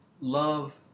love